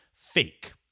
fake